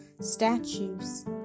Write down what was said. statues